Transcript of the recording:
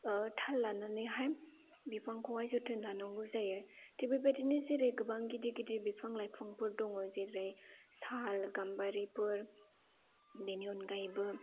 थाल लानानैहाय बिफांखौहाय जोथोन लानांगौ जायो थिग बेबायदिनो जेरै गोबां गिदिर गिदिर बिफां लाइफांफोर दङ जेरै साल गाम्बारिफोर बेनि अनगायैबो